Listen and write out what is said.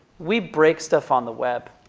we break stuff on the web.